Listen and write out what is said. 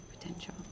potential